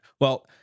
Well-